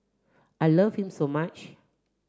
I love him so much